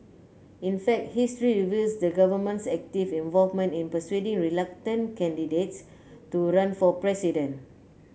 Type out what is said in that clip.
in fact history reveals the government's active involvement in persuading reluctant candidates to run for president